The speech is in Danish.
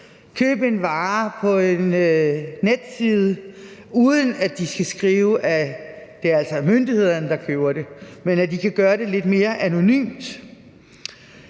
købe en vare på en netside, uden at de skal skrive, at det altså er myndighederne, der køber det, så de kan gøre det lidt mere anonymt,